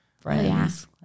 friends